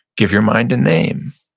give your mind a name.